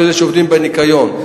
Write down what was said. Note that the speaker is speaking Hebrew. כל אלה שעובדים בניקיון,